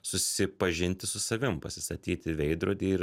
susipažinti su savim pasistatyti veidrodį ir